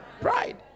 Pride